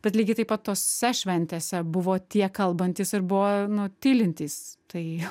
bet lygiai taip pat tose šventėse buvo tie kalbantys ir buvo nu tylintys tai